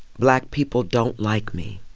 black people don't like me.